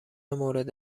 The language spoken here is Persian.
مورد